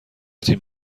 تیم